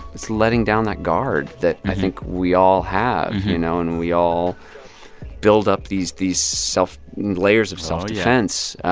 it's letting down that guard that i think we all have, you know, and we all build up these these self layers of self-defense.